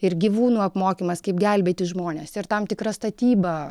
ir gyvūnų apmokymas kaip gelbėti žmones ir tam tikra statyba